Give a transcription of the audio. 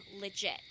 legit